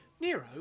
Nero